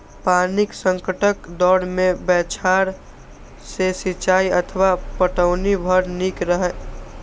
पानिक संकटक दौर मे बौछार सं सिंचाइ अथवा पटौनी बड़ नीक छै